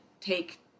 take